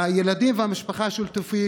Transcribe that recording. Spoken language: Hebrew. הילדים והמשפחה של תאופיק,